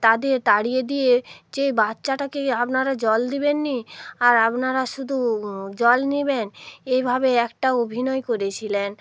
তাদের তাড়িয়ে দিয়ে যে বাচ্চাটাকে আপনারা জল দেবেন না আর আপনারা শুধু জল নেবেন এভাবে একটা অভিনয় করেছিলেন